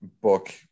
book